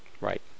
Right